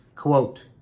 Quote